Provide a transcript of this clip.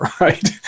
right